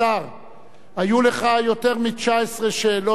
היו לך יותר מ-19 שאלות בשעת שאלות,